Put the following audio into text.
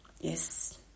yes